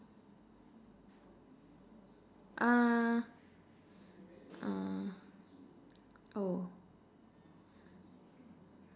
uh uh oh